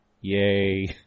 Yay